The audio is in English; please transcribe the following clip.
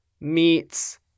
meets